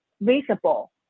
visible